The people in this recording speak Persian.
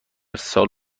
سال